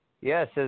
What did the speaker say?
yes